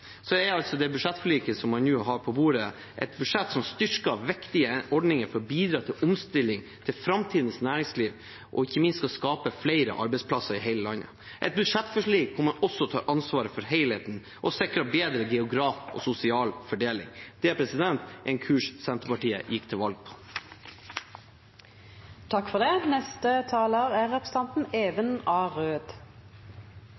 er det budsjettforliket som man nå har på bordet, et budsjett som styrker viktige ordninger for å bidra til omstilling til framtidens næringsliv, og det skal ikke minst skape flere arbeidsplasser i hele landet. Det er et budsjettforlik hvor man også tar ansvar for helheten og sikrer bedre geografisk og sosial fordeling. Det er en kurs Senterpartiet gikk til valg på. Det er lite som er